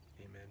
Amen